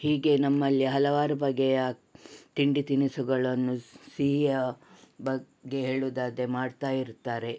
ಹೀಗೆ ನಮ್ಮಲ್ಲಿ ಹಲವಾರು ಬಗೆಯ ತಿಂಡಿ ತಿನಿಸುಗಳನ್ನು ಸಿಹಿಯ ಬಗ್ಗೆ ಹೇಳೋದಾದ್ರೆ ಮಾಡ್ತಾಯಿರುತ್ತಾರೆ